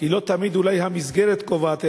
כי לא תמיד אולי המסגרת קובעת,